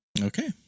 Okay